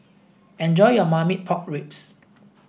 enjoy your Marmite Pork Ribs